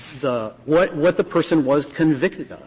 the what what the person was convicted of,